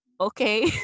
okay